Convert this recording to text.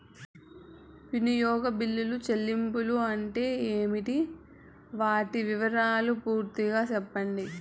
వినియోగ బిల్లుల చెల్లింపులు అంటే ఏమి? వాటి వివరాలు పూర్తిగా సెప్పండి?